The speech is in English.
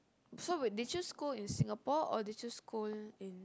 so wait did you school in Singapore or did you school in